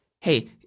hey